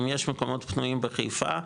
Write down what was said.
אם יש מקומות פנויים בחיפה,